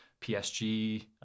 PSG